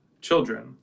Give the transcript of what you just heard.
Children